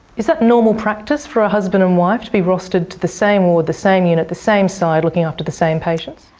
is that normal practice for a husband and wife to be rostered to the same ward, the same unit, the same side, looking after the same patients?